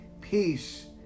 Peace